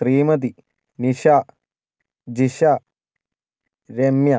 Shrimati Nisha Jisha Ramya